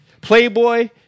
Playboy